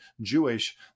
Jewish